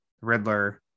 Riddler